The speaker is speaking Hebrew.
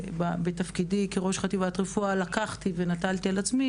בתפקידי כראש חטיבת רפואה לקחת ונטלתי על עצמי,